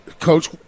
Coach